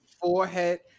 forehead